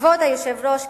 כבוד היושב-ראש,